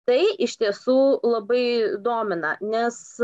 tai iš tiesų labai domina nes